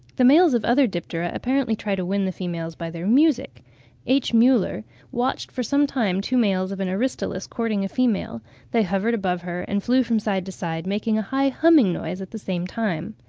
the males of other diptera apparently try to win the females by their music h. muller watched for some time two males of an eristalis courting a female they hovered above her, and flew from side to side, making a high humming noise at the same time.